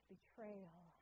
betrayal